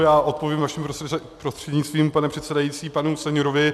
Já odpovím vaším prostřednictvím, pane předsedající, panu Stanjurovi.